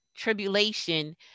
tribulation